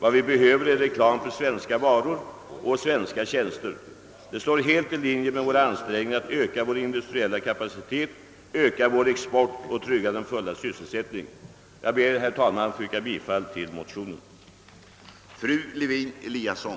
Vad vi behöver är reklam för svenska varor och tjänster. Detta ligger helt i linje med våra ansträngningar att öka vår industriella kapacitet, att öka vår export och att trygga den fulla sysselsättningen. Jag ber, herr talman, att få yrka bifall till motionen.